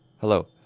Hello